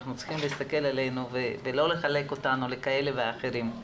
אנחנו צריכים להסתכל ולא לחלק לכאלה ואחרים.